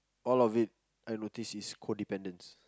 all of it was I noticed was codependents